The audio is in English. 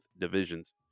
divisions